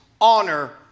honor